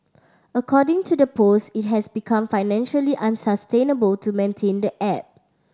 according to the post it has become financially unsustainable to maintain the app